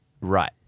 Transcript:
Right